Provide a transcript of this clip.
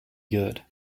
good